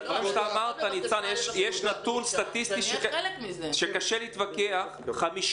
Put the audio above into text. ניצן, יש נתון סטטיסטי שקשה להתווכח עליו.